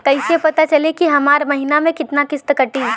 कईसे पता चली की हमार महीना में कितना किस्त कटी?